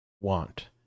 want